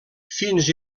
fins